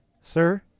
sir